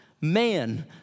man